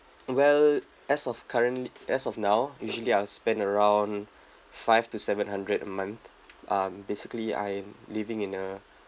well as of current as of now usually I'll spend around five to seven hundred a month um basically I'm living in a